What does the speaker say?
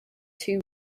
two